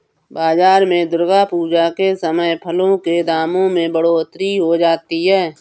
बाजार में दुर्गा पूजा के समय फलों के दामों में बढ़ोतरी हो जाती है